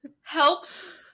helps